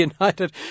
United